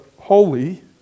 holy